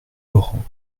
laurent